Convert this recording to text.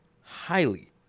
highly